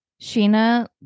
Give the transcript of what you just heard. sheena